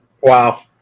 Wow